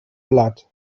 blood